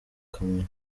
kamonyi